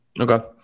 Okay